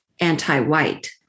anti-white